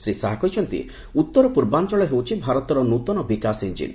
ଶ୍ରୀ ଶାହା କହିଛନ୍ତି ଉତ୍ତର ପୂର୍ବାଞ୍ଚଳ ହେଉଛି ଭାରତର ନୂତନ ବିକାଶ ଇଞ୍ଜିନ୍